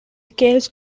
case